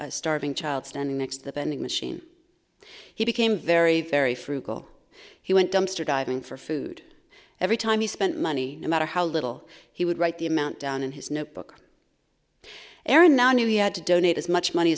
a starving child standing next to the vending machine he became very very frugal he went dumpster diving for food every time he spent money no matter how little he would write the amount down in his notebook aaron now knew he had to donate as much money